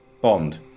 Bond